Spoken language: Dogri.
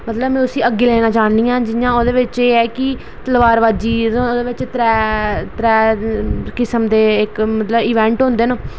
मतलब कि में उसी अग्गै लेना चाह्न्नी आं में ओह्दे बिच एह् ऐ कि तलवारबाज़ी ओह्दे बिच त्रैऽ ओह् त्रैऽ किस्म दे मतलब कि इवेंट होंदे न